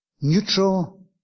Neutral